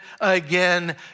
again